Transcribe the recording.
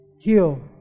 heal